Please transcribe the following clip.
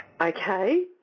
Okay